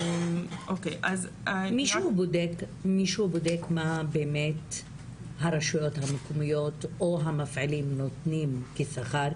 מישהו בודק מה באמת הרשויות המקומיות או המפעילים נותנים כשכר?